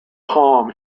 palm